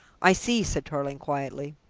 i see, said tarling quietly.